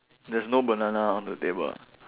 there's no banana on the table ah